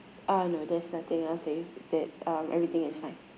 uh no there's nothing else that you that um everything is fine